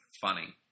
funny